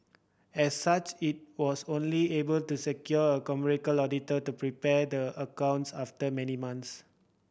as such it was only able to secure a commercial auditor to prepare the accounts after many months